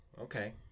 okay